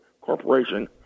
corporation